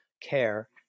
care